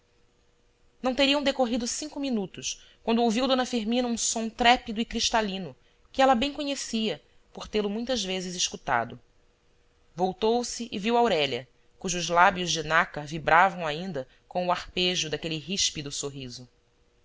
não teriam decorrido cinco minutos quando ouvia d firmina um som trépido e cristalino que ela bem conhecia por tê-lo muitas vezes escutado voltou-se e viu aurélia cujos lábios de nácar vibravam ainda com o harpejo daquele ríspido sorriso